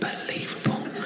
unbelievable